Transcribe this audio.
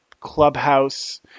clubhouse